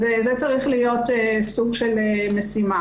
אז זה צריך להיות סוג של משימה.